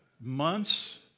months